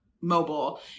mobile